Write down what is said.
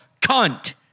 cunt